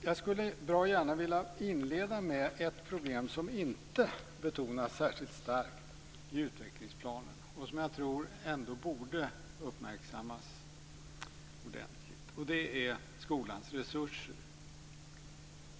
Jag skulle bra gärna vilja inleda med ett problem som inte betonas särskilt starkt i utvecklingsplanen och som jag ändå tror borde uppmärksammas ordentligt, nämligen skolans resurser.